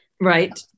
Right